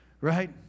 right